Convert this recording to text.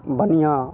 बनिया